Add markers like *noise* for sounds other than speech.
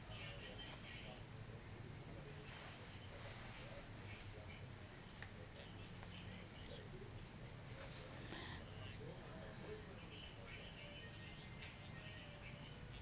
*breath*